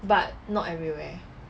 but not everywhere